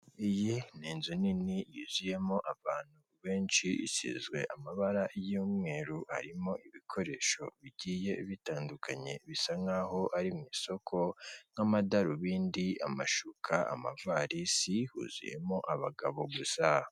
Iyi ni inzu nini yuzuyemo abantu benshi ishinzwe amabara y'umweru arimo ibikoresho bigiye bitandukanye bisa nkaho ari mu isoko nk'amadarubindi, amashuka, amavalisi huzuyemo abagabo gusa.